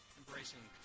embracing